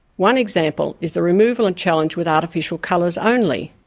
one example is the removal and challenge with artificial colours only,